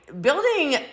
building